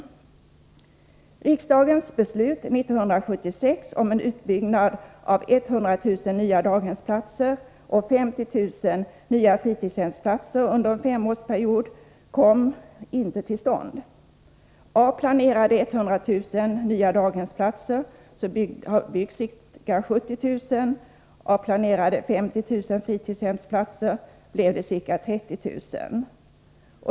Riksdagens beslut 1976 om en utbyggnad av 100 000 nya daghemsplatser och 50 000 nya fritidshemsplatser under en femårsperiod kom inte till stånd. Av planerade 100 000 nya daghemsplatser har byggts ca 70 000, och av 50 000 planerade fritidshemsplatser blev det ca 30 000.